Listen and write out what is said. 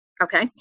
Okay